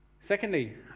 Secondly